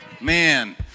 man